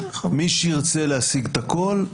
מי שירצה להשיג הכול,